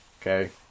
okay